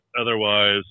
otherwise